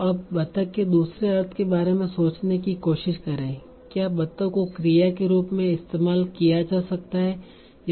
तो अब बतख के दूसरे अर्थ के बारे में सोचने की कोशिश करें क्या बतख को क्रिया के रूप में इस्तेमाल किया जा सकता है